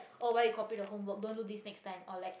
oh why you copy the homework don't do this next time or like